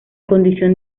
condición